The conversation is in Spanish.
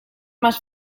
más